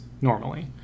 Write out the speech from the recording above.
normally